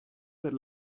per